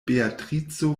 beatrico